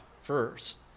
first